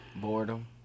Boredom